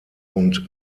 und